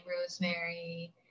rosemary